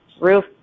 roof